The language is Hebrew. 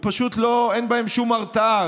ופשוט אין בהם שום הרתעה.